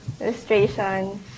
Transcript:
Illustration